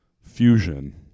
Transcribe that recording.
Fusion